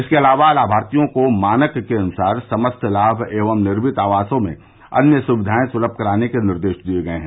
इसके अलावा लाभार्थियों को मानक के अनुसार समस्त लाभ एवं निर्मित आवासों में अन्य सुविधाएं सुलम कराने के निर्देश दिये गये हैं